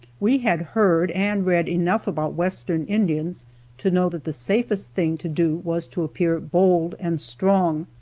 we had heard and read enough about western indians to know that the safest thing to do was to appear bold and strong,